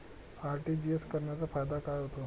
RTGS करण्याचा फायदा काय होतो?